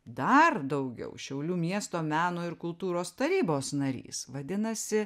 dar daugiau šiaulių miesto meno ir kultūros tarybos narys vadinasi